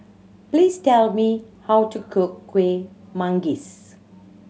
please tell me how to cook Kueh Manggis